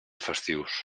festius